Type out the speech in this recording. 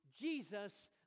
Jesus